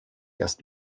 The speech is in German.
erst